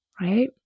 right